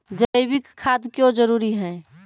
जैविक खाद क्यो जरूरी हैं?